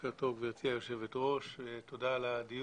בוקר טוב גבירתי היו"ר, תודה על הדיון.